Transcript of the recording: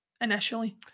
initially